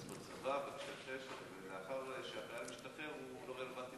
ולאחר שהחייל משתחרר הוא לא רלוונטי